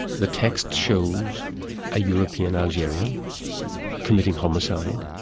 the text shows a european algerian committing homicide,